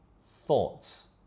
thoughts